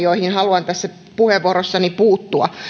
joihin haluan tässä puheenvuorossani puuttua